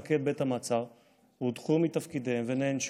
הודחו מתפקידיהם ונענשו.